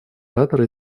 оратора